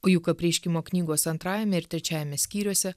o juk apreiškimo knygos antrajame ir trečiajame skyriuose